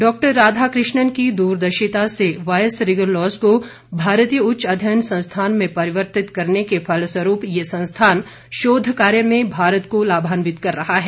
doctor Radhakrishnan की द्रदर्शिता से वायस रिगल लॉज को भारतीय उच्च अध्ययन संस्थान में परिवर्तित करने के फलस्वरूप यह संस्थान शोध कार्य में भारत को लाभान्वित कर रहा है